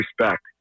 respect